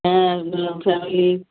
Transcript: হ্যাঁ না ফ্যামিলির